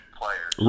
players